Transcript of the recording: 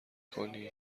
کنی